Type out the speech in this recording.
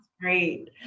great